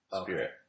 spirit